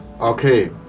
Okay